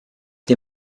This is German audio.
wir